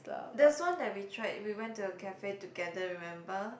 that's one that we tried we went to the cafe together remember